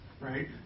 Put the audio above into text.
Right